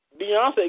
Beyonce